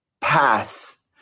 pass